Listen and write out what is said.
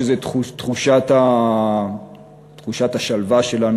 שזו תחושת השלווה שלנו,